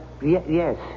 yes